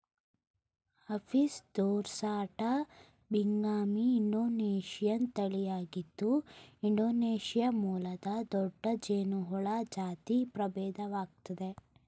Apis dorsata binghami Indonesian ತಳಿಯಾಗಿದ್ದು Indonesia ಮೂಲದ ದೊಡ್ಡ ಜೇನುಹುಳ ಜಾತಿ ಪ್ರಭೇದವಾಗಯ್ತೆ